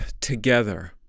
together